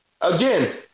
again